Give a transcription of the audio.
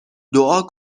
دعا